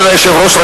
אדוני היושב-ראש,